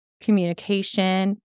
communication